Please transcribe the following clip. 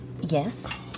Yes